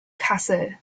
kassel